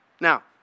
Now